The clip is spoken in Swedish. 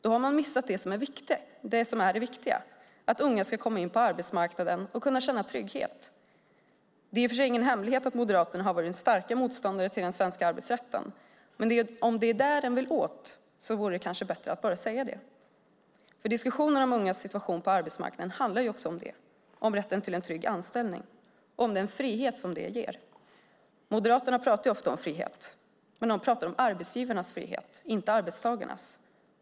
Då har man missat det som är det viktiga, nämligen att unga ska komma in på arbetsmarknaden och kunna känna trygghet. Det är i och för sig ingen hemlighet att Moderaterna har varit starka motståndare till den svenska arbetsrätten. Men om det är den som man vill åt vore det kanske bättre att bara säga det. Diskussionerna om ungas situation på arbetsmarknaden handlar också om rätten till en trygg anställning och om den frihet som det ger. Moderaterna talar ofta om frihet, men de talar om arbetsgivarnas frihet inte om arbetstagarnas.